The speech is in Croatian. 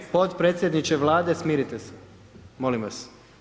Potpredsjedniče Vlade, smirite se, molim vas.